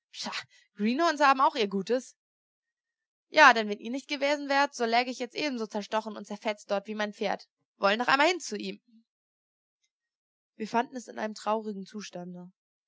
haben auch ihr gutes ja denn wenn ihr nicht gewesen wäret so läge ich jetzt ebenso zerstochen und zerfetzt dort wie mein pferd wollen doch einmal hin zu ihm wir fanden es in einem traurigen zustande